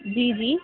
جی جی